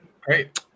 Great